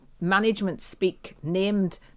management-speak-named